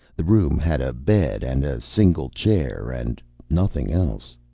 the room had a bed and a single chair, and nothing else.